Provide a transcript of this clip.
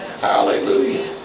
Hallelujah